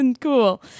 cool